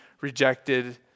rejected